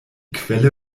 quelle